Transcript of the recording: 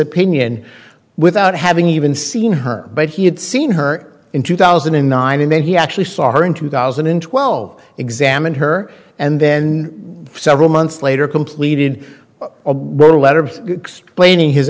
opinion without having even seen her but he had seen her in two thousand and nine and then he actually saw her in two thousand and twelve examined her and then several months later completed